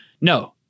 No